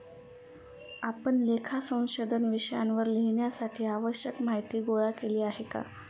आपण लेखा संशोधन विषयावर लिहिण्यासाठी आवश्यक माहीती गोळा केली आहे का?